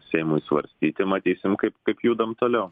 seimui svarstyti matysim kaip kaip judam toliau